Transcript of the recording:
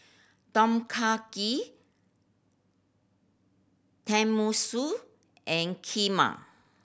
Tom Kha Gai Tenmusu and Kheema